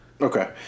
Okay